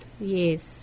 Yes